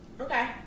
Okay